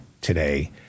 today